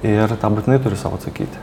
ir tą būtinai turi sau atsakyti